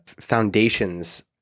foundations